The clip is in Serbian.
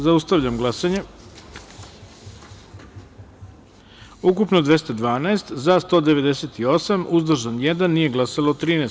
Zaustavljam glasanje: ukupno 212, za – 198, uzdržan – jedan, nije glasalo – 13.